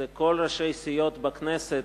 הם כל ראשי הסיעות בכנסת